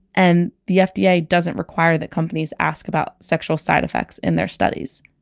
and the fda yeah doesn't require that companies ask about sexual side effects in their studies